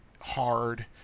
hard